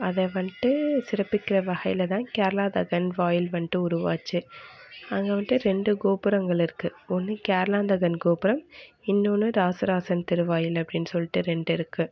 அதை வண்ட்டு சிறப்பிக்கிற வகையில் தான் கேரளாந்தகன் வாயில் வண்ட்டு உருவாச்சு அங்கே வண்ட்டு ரெண்டு கோபுரங்கள் இருக்கு ஒன்று கேரளாந்தன்கன் கோபுரம் இன்னும் ஒன்று ராசராசன் திருவாயில் அப்படின் சொல்லிட்டு ரெண்டு இருக்கு